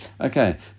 Okay